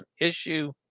issue